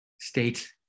state